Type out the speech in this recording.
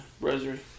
rosary